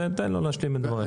תן לו להשלים את דבריו.